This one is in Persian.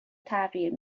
تغییر